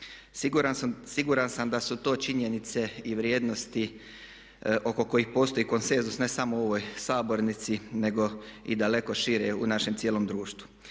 Siguran sam da su to činjenice i vrijednosti oko kojih postoji konsenzus ne samo u ovoj sabornici nego i daleko šire u našem cijelom društvu.